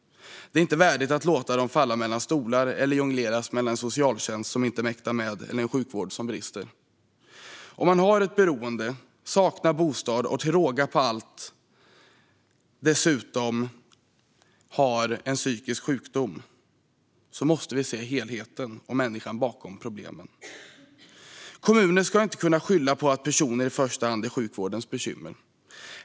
Det är inte värdigt att låta dem falla mellan stolar eller jongleras mellan en socialtjänst som inte mäktar med eller en sjukvård som brister. Om man har ett beroende, saknar bostad och dessutom har en psykisk sjukdom måste vi se helheten och människan bakom problemen. Kommuner ska inte kunna skylla på att personen i första hand är sjukvårdens bekymmer.